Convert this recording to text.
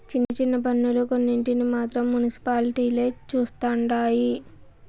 చిన్న చిన్న పన్నులు కొన్నింటిని మాత్రం మునిసిపాలిటీలే చుస్తండాయి